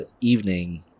evening